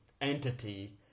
entity